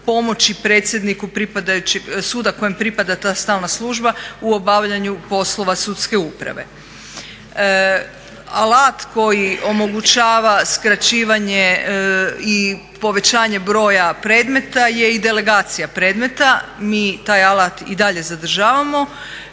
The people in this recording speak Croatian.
pomoći predsjedniku suda kojem pripada ta stalna služba u obavljanju poslova sudske uprave. Alat koji omogućava skraćivanje i povećanje broja predmeta je i delegacija predmeta. Mi taj alat i dalje zadržavamo.